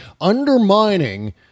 undermining